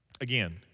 Again